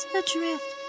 adrift